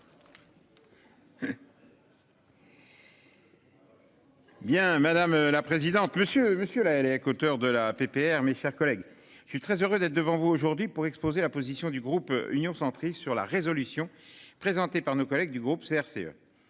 Bien, madame la présidente, monsieur monsieur là elle est hauteur de la à PPR, mes chers collègues, je suis très heureux d'être devant vous aujourd'hui pour exposer la position du groupe Union centriste sur la résolution présentée par nos collègues du groupe CRCE.